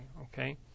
okay